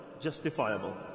justifiable